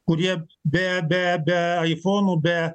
kurie be be be aifonų be